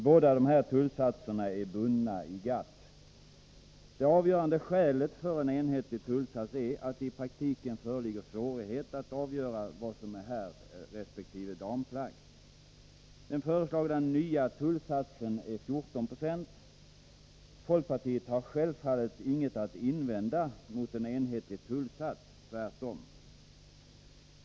Båda dessa tullsatser är bundna i GATT. Det avgörande skälet för en enhetlig tullsats är att det i praktiken föreligger svårigheter att avgöra vad som är herrresp. damplagg. Den föreslagna nya tullsatsen är 14 260. Folkpartiet har självfallet inget att invända mot en enhetlig tullsats, tvärtom.